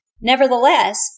Nevertheless